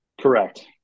Correct